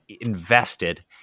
invested